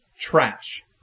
Trash